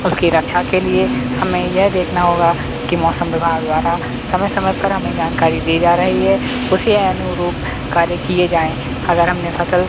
उसकी रक्षा के लिए हमें यह देखना होगा कि मौसम विभाग द्वारा समय समय पर हमें जानकारी दी जा रही है उसी अनुरूप कार्य किए जाएँ अगर हमने फसल